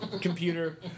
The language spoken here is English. computer